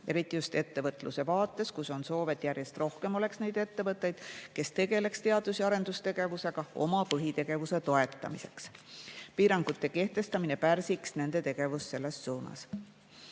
eriti just ettevõtluse vaates, kus on soov, et järjest rohkem oleks neid ettevõtteid, kes tegeleks teadus- ja arendustegevusega oma põhitegevuse toetamiseks. Piirangute kehtestamine pärsiks nende tegevust selles